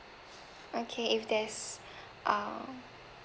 okay if there's um